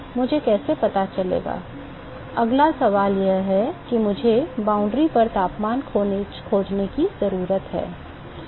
मुझे कैसे पता चलेगा अगला सवाल यह है कि मुझे सीमा पर तापमान खोजने की ज़रूरत है